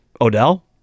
Odell